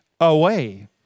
away